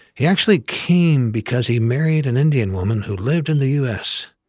he actually came because he married an indian woman who lived in the u s.